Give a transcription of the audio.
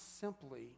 simply